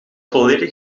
volledig